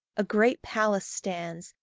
a great palace stands,